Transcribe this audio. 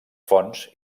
fonts